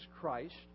Christ